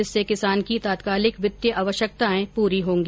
इससे किसान की तात्कालिक वित्तीय आवश्यकताएं पूरी होगी